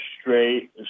straight